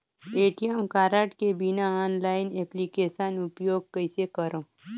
ATM card के बिना online application उपयोग कइसे करो?